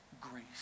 grace